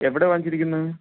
എവിടെ വാങ്ങിച്ചിരിക്കുന്നു